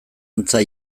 antza